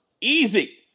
easy